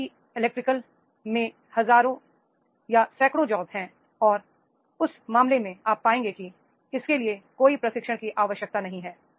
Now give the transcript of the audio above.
GE electrical में सैकड़ों jobs हैं और उस मामले में आप पाएंगे कि इसके लिए कोई प्रशिक्षण की आवश्यकता नहीं है